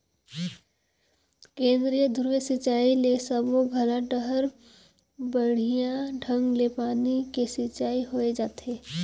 केंद्रीय धुरी सिंचई ले सबो जघा डहर बड़िया ढंग ले पानी के सिंचाई होय जाथे